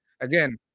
again